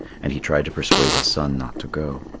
and he tried to persuade his son not to go.